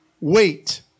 wait